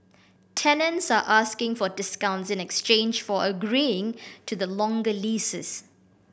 tenants are asking for discounts in exchange for agreeing to the longer leases